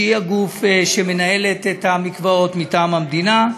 שהיא הגוף שמנהל את המקוואות מטעם המדינה,